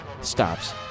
Stops